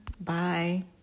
Bye